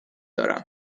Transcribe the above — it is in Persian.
دارم